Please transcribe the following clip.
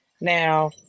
Now